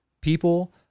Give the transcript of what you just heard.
People